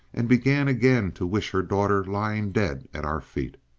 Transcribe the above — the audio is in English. and began again to wish her daughter lying dead at our feet.